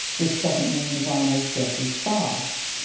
this doesn't mean the rhino's death is fast.